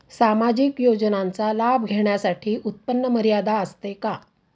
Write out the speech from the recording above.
सामाजिक योजनांचा लाभ घेण्यासाठी उत्पन्न मर्यादा असते का?